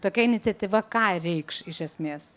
tokia iniciatyva ką reikš iš esmės